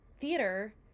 theater